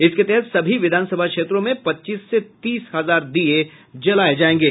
इसके तहत सभी विधानसभा क्षेत्रों में पच्चीस से तीस हजार दीये जलाये जायेंगे